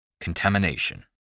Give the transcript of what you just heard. Contamination